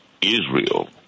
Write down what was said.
Israel